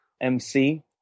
MC